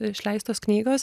išleistos knygos